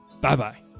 Bye-bye